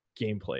gameplay